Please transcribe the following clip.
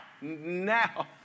now